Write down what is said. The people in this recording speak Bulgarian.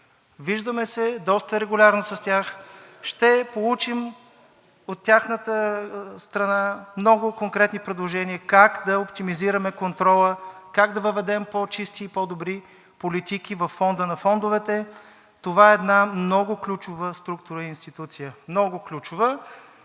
Виждаме се доста регулярно с тях, ще получим от тяхна страна много конкретни предложения как да оптимизираме контрола, как да въведем по-чисти и по-добри политики във Фонда на фондовете. Това е една много ключова структура и институция. Много ключова!